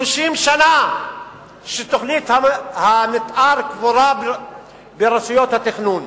30 שנה שתוכנית המיתאר קבורה ברשויות התכנון,